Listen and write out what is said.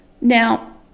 Now